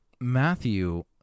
Matthew